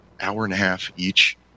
hour-and-a-half-each